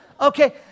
Okay